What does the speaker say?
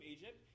Egypt